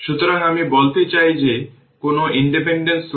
সুতরাং যখন t τ হবে তখন এটি 0368 v0